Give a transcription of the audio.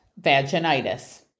vaginitis